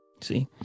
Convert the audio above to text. See